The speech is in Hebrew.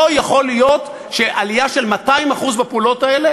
לא יכול להיות שעלייה של 200% בפעולות האלה